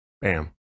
Bam